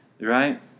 Right